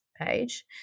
page